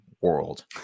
world